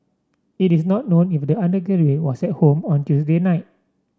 it is not known if the undergraduate was at home on Tuesday night